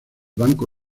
banco